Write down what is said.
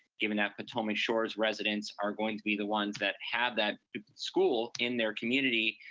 given that potomac shores residents are going to be the ones that have that school in their community,